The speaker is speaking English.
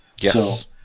Yes